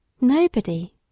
Nobody